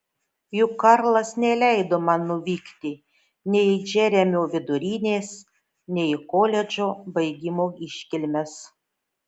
juk karlas neleido man nuvykti nei į džeremio vidurinės nei į koledžo baigimo iškilmes